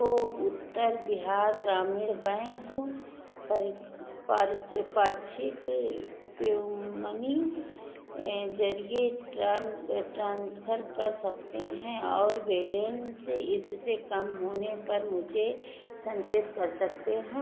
को उत्तर बिहार ग्रामीण बैंक परी पाच्छिक पेयू मनी जरिये ट्रान ट्रांसफर कर सकते हैं और बेलेंस इससे कम होने पर मुझे सचेत कर सकते हैं